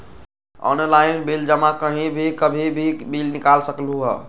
Online bill जमा कहीं भी कभी भी बिल निकाल सकलहु ह?